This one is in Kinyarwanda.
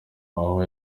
aho